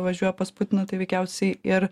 važiuoja pas putiną tai veikiausiai ir